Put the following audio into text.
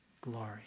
glory